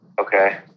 Okay